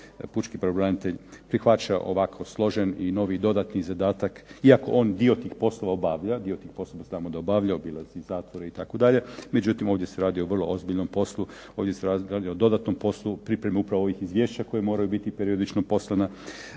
pučki pravobranitelj prihvaća ovako složen i novi dodatni zadatak, iako on dio tih poslova obavlja. Dio tih poslova znamo da obavlja, obilazi zatvore itd., međutim ovdje se radi o vrlo ozbiljnom poslu, ovdje se radi o dodatnom poslu, o pripremi upravo ovih izvješća koja moraju biti periodično poslana,